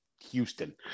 Houston